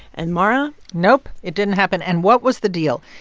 and, mara. nope. it didn't happen. and what was the deal?